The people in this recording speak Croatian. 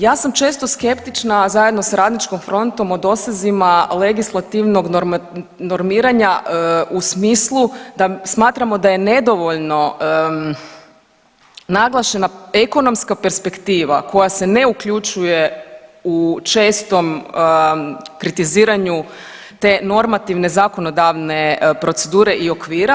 Ja sam često skeptična, zajedno sa Radničkom frontom o dosezima legislativnog normiranja u smislu da smatramo da je nedovoljno naglašena ekonomska perspektiva koja se ne uključuje u čestom kritiziranju te normativne zakonodavne procedure i okvira.